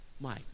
Mike